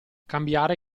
cambiare